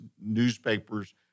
newspapers